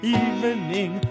evening